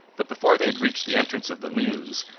but before they had reached the entrance of the mews,